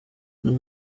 buri